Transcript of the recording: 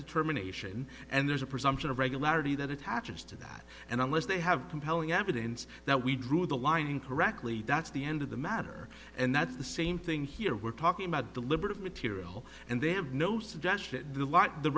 determination and there's a presumption of regularity that attaches to that and unless they have compelling evidence that we drew the line incorrectly that's the end of the matter and that's the same thing here we're talking about deliberative material and they have no